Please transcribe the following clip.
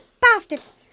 bastards